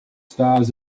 stars